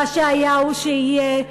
מה שהיה הוא שיהיה.